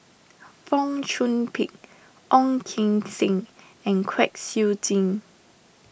Fong Chong Pik Ong Keng Sen and Kwek Siew Jin